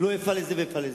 לא איפה ואיפה.